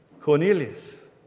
Cornelius